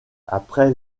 après